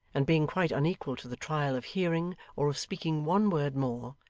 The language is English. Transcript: and being quite unequal to the trial of hearing or of speaking one word more,